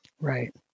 right